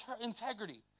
integrity